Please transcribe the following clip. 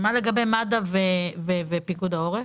ומה לגבי מד"א ופיקוד העורף?